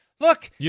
Look